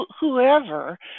whoever